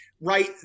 right